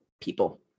people